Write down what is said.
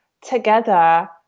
together